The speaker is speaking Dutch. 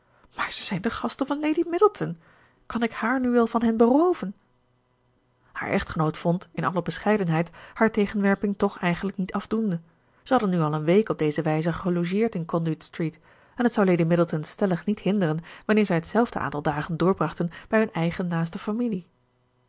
maar ze zijn de gasten van lady middleton kan ik haar nu wel van hen berooven haar echtgenoot vond in alle bescheidenheid hare tegenwerping toch eigenlijk niet afdoende zij hadden nu al een week op deze wijze gelogeerd in conduit street en het zou lady middleton stellig niet hinderen wanneer zij hetzelfde aantal dagen doorbrachten bij hun eigen naaste familie